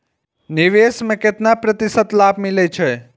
निवेश में केतना प्रतिशत लाभ मिले छै?